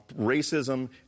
racism